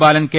Balan K